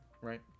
right